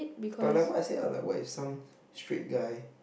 but like what is ya but what is some straight guy